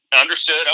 Understood